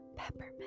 peppermint